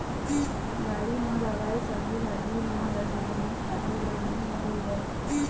बाड़ी म लगाए सब्जी भाजी म रसायनिक खातू ल नइ बउरय